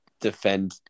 defend